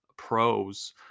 Pros